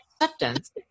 acceptance